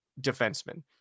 defenseman